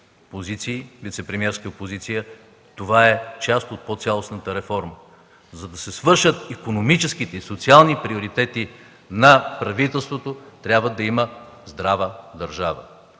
вицепремиерска позиция. Това е част от по-цялостната реформа. За да се свършат икономическите и социални приоритети ни правителството, трябва да има здрава държава.